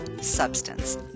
substance